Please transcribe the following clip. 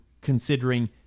considering